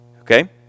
Okay